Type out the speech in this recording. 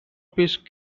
piece